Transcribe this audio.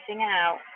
out